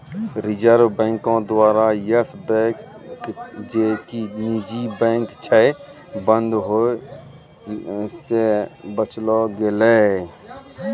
reserve बैंको द्वारा Yes Bank जे कि निजी बैंक छै, बंद होय से बचैलो गेलै